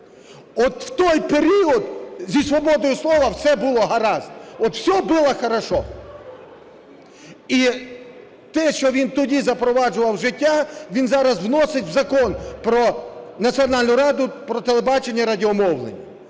От в той період зі свободою слова все було гаразд, от все было хорошо. І те, що він тоді запроваджував в життя, він зараз вносить в Закон про Національну раду, про телебачення і радіомовлення.